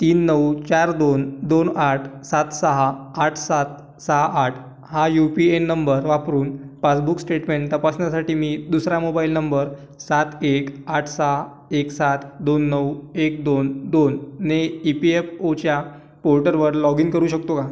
तीन नऊ चार दोन दोन आठ सात सहा आठ सात सहा आठ हा यू पी एन नंबर वापरून पासबुक स्टेटमेंट तपासण्यासाठी मी दुसरा मोबाईल नंबर सात एक आठ सहा एक सात दोन नऊ एक दोन दोनने ई पी एफ ओच्या पोर्टलवर लॉग इन करू शकतो का